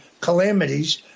calamities